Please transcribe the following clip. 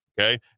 okay